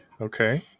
Okay